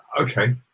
okay